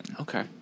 Okay